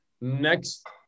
Next